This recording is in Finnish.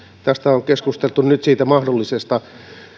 tässä on keskusteltu nyt siitä mahdollisesta